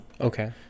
Okay